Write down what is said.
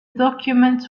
documents